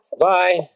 Bye